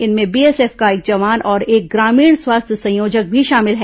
इनमें बीएसएफ का एक जवान और एक ग्रामीण स्वास्थ्य संयोजक भी शामिल है